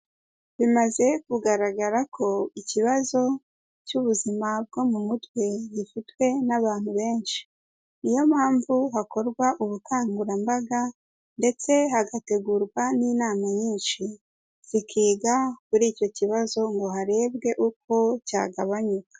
Bimaze kugaragara ko ikibazo cy'ubuzima bwo mu mutwe gifitwe n'abantu benshi, niyo mpamvu hakorwa ubukangurambaga ndetse hagategurwa n'inama nyinshi, zikiga kuri icyo kibazo ngo harebwe uko cyagabanyuka.